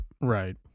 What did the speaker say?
Right